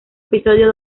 episodio